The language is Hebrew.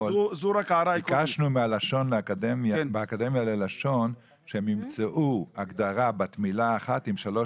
ביקשנו מהאקדמיה ללשון שהם ימצאו הגדרה בת מילה אחת עם שלוש